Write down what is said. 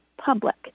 public